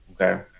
Okay